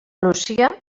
lucia